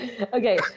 okay